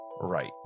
Right